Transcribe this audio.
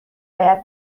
باید